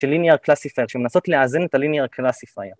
של ליניאר קלאסי פייר, שמנסות לאזן את הליניאר קלאסי פייר.